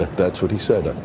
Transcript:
that's what he said.